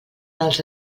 els